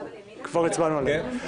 כבר הצבענו עליהם.